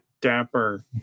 Dapper